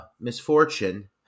misfortune